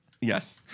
Yes